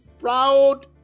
proud